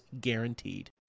guaranteed